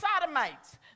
sodomites